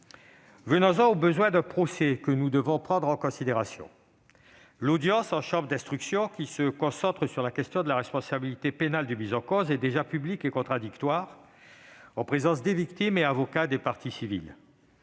Venons-en au besoin d'un procès, que nous devons prendre en considération. L'audience en chambre de l'instruction, qui se concentre sur la question de la responsabilité pénale du mis en cause, est déjà publique et contradictoire, en présence des victimes et avocats des parties civiles.